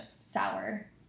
sour